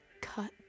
cut